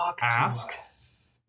ask